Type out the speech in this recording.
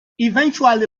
eventually